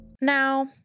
Now